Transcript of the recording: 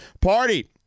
party